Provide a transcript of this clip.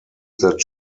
that